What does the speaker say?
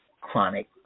chronic